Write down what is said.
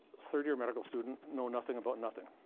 third-year medical student, know nothing about nothing.